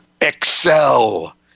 excel